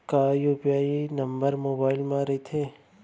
का UPI number mobile म रहिथे?